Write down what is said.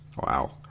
Wow